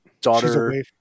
daughter